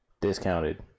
discounted